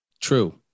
true